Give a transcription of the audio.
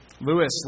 Lewis